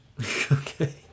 Okay